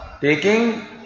taking